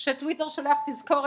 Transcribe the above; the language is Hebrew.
שהטוויטר שולח תזכורת,